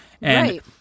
Right